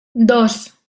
dos